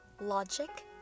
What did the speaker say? logic